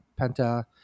penta